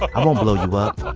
i won't blow you up.